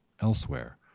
elsewhere